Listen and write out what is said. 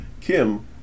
Kim